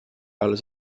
alles